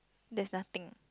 there's nothing